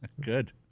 Good